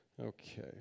Okay